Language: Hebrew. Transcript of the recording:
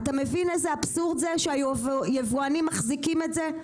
אתה מבין איזה אבסורד זה שהיבואנים מחזיקים את זה?